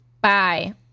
Bye